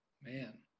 man